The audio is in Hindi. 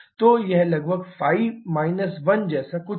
तो यह लगभग ϕ 1 जैसा कुछ है